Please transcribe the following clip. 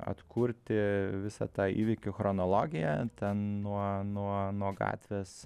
atkurti visą tą įvykių chronologiją nuo nuo nuo gatvės